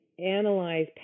Analyze